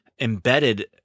embedded